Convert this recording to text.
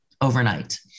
overnight